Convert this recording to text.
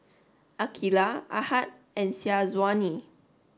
Aqilah Ahad and Syazwani